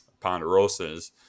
ponderosas